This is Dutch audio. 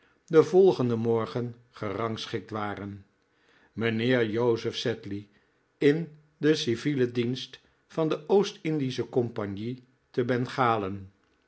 den volgenden morgen gerangschikt waren mijnheer joseph sedley in den civielen dienst van de oost-indische compagnie te bengalen